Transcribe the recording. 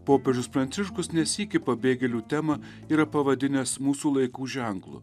popiežius pranciškus ne sykį pabėgėlių temą yra pavadinęs mūsų laikų ženklu